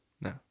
No